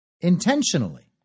intentionally